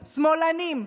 שמאלנים,